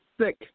sick